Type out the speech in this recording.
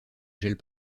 gèle